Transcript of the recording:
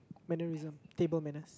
mannerism table manners